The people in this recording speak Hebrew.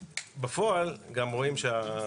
אנחנו בהחלט מכבדים את זה ומקבלים את זה,